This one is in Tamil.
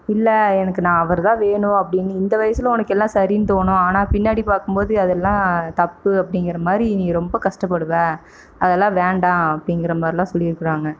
இல்லை எனக்கு நான் அவர்தான் வேணும் அப்படின்னு இந்த வயசில் உனக்கு எல்லாம் சரின்னு தோணும் ஆனால் பின்னாடி பார்க்கும்போது அதெல்லாம் தப்பு அப்படிங்கிற மாதிரி நீ ரொம்ப கஷ்டப்படுவே அதெல்லாம் வேண்டாம் அப்படிங்கிற மாதிரில்லாம் சொல்லியிருக்குறாங்க